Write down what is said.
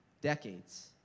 decades